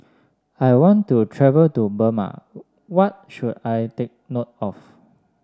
I want to travel to Burma what should I take note of